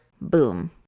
boom